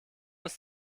ist